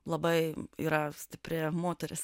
labai yra stipri moteris